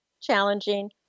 challenging